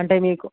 అంటే మీకు